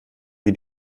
wie